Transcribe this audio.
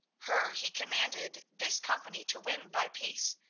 her he commanded this company to win by peace,